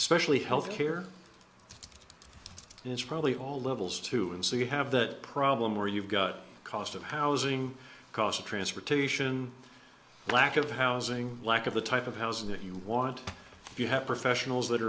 especially health care and it's probably all levels too and so you have that problem where you've got cost of housing cost of transportation lack of housing lack of the type of housing that you want you have professionals that